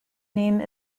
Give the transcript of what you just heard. name